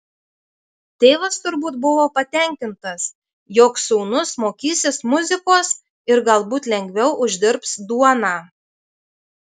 tėvas turbūt buvo patenkintas jog sūnus mokysis muzikos ir galbūt lengviau uždirbs duoną